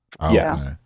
yes